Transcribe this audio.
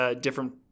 different